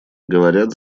говорят